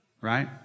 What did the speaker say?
Right